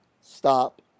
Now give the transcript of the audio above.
stop